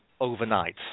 overnight